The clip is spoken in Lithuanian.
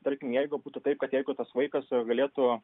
tarkim jeigu būtų taip kad jeigu tas vaikas galėtų